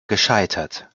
gescheitert